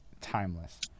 Timeless